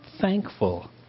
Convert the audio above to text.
thankful